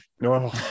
No